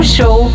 Show